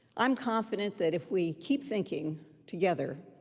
i'm confident that if we keep thinking together,